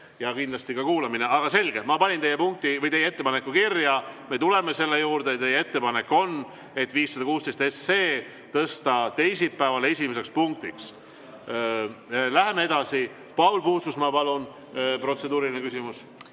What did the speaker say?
ja kindlasti ka kuulamine. Aga selge, ma panin teie ettepaneku kirja, me tuleme selle juurde. Teie ettepanek on 516 SE tõsta teisipäeval esimeseks punktiks. Läheme edasi. Paul Puustusmaa, palun, protseduuriline küsimus!